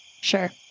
Sure